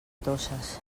toses